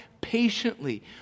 patiently